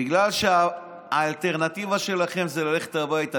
בגלל שהאלטרנטיבה שלכם זה ללכת הביתה.